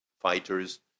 fighters